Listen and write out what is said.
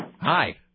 hi